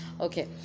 Okay